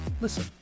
Listen